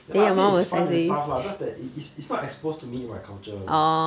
ya lah I mean is fun and stuff lah just that it is is not exposed to me in my culture